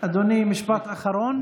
אדוני, משפט אחרון.